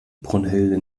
brunhilde